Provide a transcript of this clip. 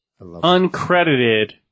Uncredited